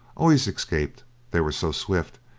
always escaped they were so swift,